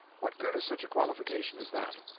what good is such a qualification as that?